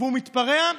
והוא מתפרע,